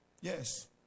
Yes